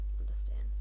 understands